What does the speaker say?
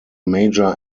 major